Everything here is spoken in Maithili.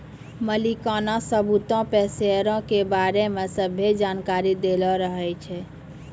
मलिकाना सबूतो पे शेयरो के बारै मे सभ्भे जानकारी दैलो रहै छै